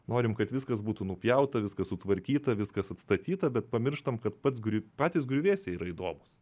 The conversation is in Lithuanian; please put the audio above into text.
norim kad viskas būtų nupjauta viskas sutvarkyta viskas atstatyta bet pamirštam kad pats patys griuvėsiai yra įdomūs